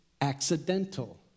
accidental